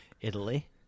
Italy